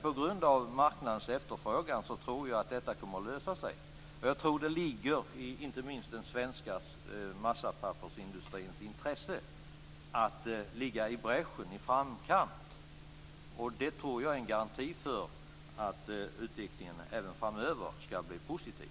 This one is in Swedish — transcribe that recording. På grund av marknadens efterfrågan tror jag att detta kommer lösa sig. Jag tror att det ligger i inte minst den svenska massa och pappersindustrins intresse att gå i bräschen, att vara i framkant, och jag tror att det är en garanti för att utvecklingen även framöver ska bli positiv.